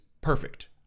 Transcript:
perfect